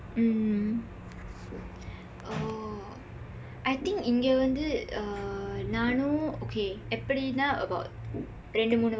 mm oh I think இங்க வந்து:ingka vandthu uh நானும்:naanum okay எப்படினா:eppadinaa about இரண்டு மூன்று வாரத்துக்கு:irandu muunru vaaraththukku